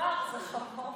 חמאר זה חמור.